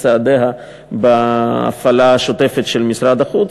צעדיה של הממשלה בהפעלה השוטפת של משרד החוץ.